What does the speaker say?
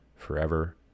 forever